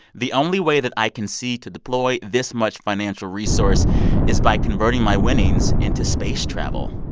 the only way that i can see to deploy this much financial resource is by converting my winnings into space travel.